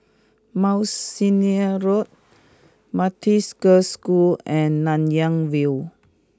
Mount Sinai Road Methodist Girls' School and Nanyang View